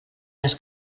les